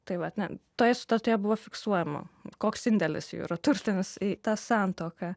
tai vat ne toje sutartyje buvo fiksuojama koks indėlis jų yra turtinis į tą santuoką